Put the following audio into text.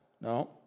No